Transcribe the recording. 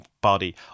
body